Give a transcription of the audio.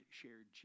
shared